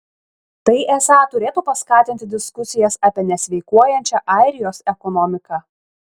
tai esą turėtų paskatinti diskusijas apie nesveikuojančią airijos ekonomiką